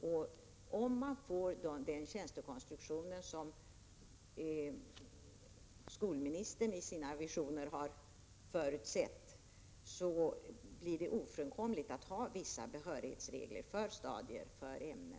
Om man genomför den tjänstekonstruktion som skolministern har förutsett i sina visioner, blir det ofrånkomligt att ha vissa behörighetsregler för ämnen och för stadier.